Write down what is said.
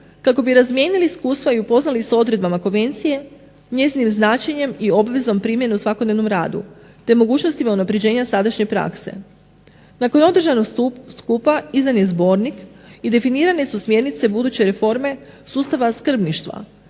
kako bi razmijenili iskustva i upoznali s odredbama konvencije, njezinim značenjem i obvezom primjene u svakodnevnom radu, te mogućnostima unaprjeđenja sadašnje prakse. Nakon održanog skupa izdan je zbornik i definirane su smjernice buduće reforme sustava skrbništva